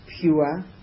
pure